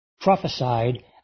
prophesied